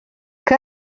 que